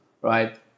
right